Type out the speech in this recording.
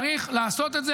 צריך לעשות את זה.